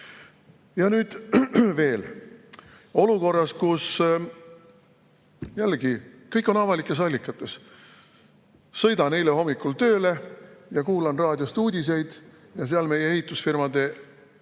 nüüd veel. Olukorras, kus … Jällegi, kõik on avalikes allikates. Sõitsin eile hommikul tööle ja kuulasin raadiost uudiseid. Seal meie ehitusfirmade